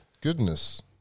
goodness